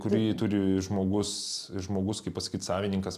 kurį turi žmogus žmogus kaip pasakyt savininkas